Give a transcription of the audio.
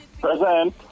Present